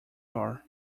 are